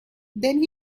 then